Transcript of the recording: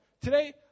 Today